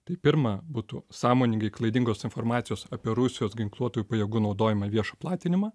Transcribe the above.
tai pirma būtų sąmoningai klaidingos informacijos apie rusijos ginkluotųjų pajėgų naudojimą viešą platinimą